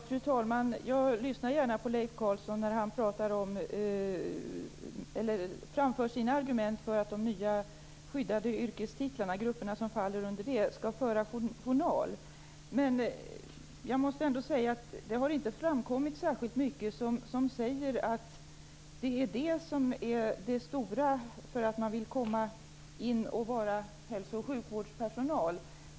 Fru talman! Jag lyssnar gärna på Leif Carlson när han framför sina argument för att de grupper som faller under de nya skyddade yrkestitlarna skall föra journaler. Men det har inte framkommit särskilt mycket som säger att det är detta som är det som är det avgörande.